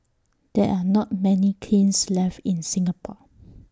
there are not many kilns left in Singapore